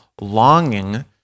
longing